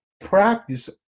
practice